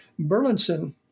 Burlinson